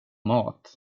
mat